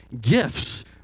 gifts